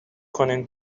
کنین